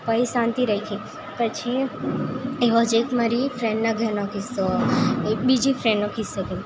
પછી શાંતિ રાખી પછી એવો જ એક મારી ફ્રેન્ડના ઘરનો કિસ્સો એક બીજી ફ્રેન્ડનો કિસ્સો કહું